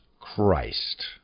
Christ